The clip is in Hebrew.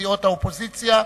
סיעות האופוזיציה,